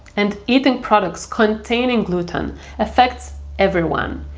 and eating products containing gluten affects everyone,